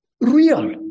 Real